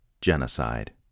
genocide